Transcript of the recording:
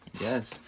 yes